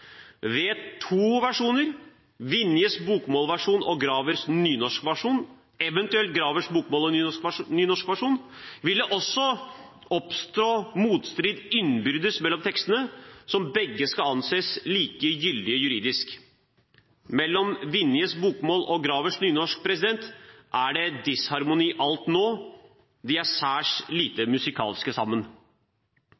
Ved to versjoner, Vinjes bokmålsversjon og Gravers nynorskversjon – eventuelt Gravers bokmåls- og nynorskversjon – vil det også oppstå innbyrdes motstrid mellom tekstene, som begge skal anses like gyldige juridisk. Mellom Vinjes bokmål og Gravers nynorsk er det disharmoni alt nå – de er særs lite